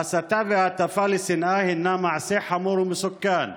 ההסתה וההטפה לשנאה הינן מעשה חמור ומסוכן,